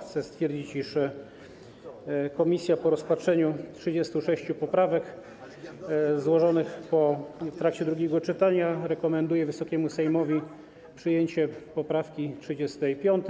Chcę stwierdzić, iż komisja po rozpatrzeniu 36 poprawek złożonych w trakcie drugiego czytania rekomenduje Wysokiemu Sejmowi przyjęcie poprawki 35.